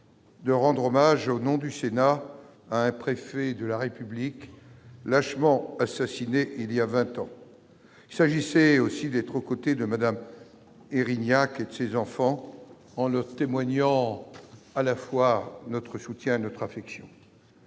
de rendre hommage, au nom du Sénat à un préfet de la République, lâchement assassiné il y a 20 ans, il s'agissait aussi d'être aux côtés de Madame Érignac et ses enfants en leur témoignant à la fois notre soutien, notre affection.